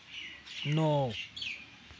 नौ